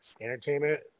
entertainment